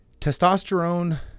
Testosterone